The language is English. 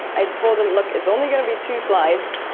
i told them, look it's only going to be two slides,